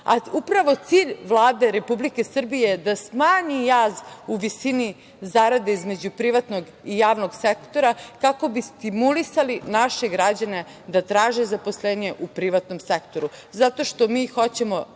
28%.Upravo, cilj Vlade Republike Srbije je da smanji jaz u visini zarada između privatnog i javnog sektora, kako bi stimulisali naše građane da traže zaposlenje u privatnom sektoru,